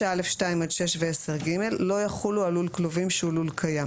9(א)(2) עד (6) ו-10(ג) לא יחולו על לול כלובים שהוא לול קיים".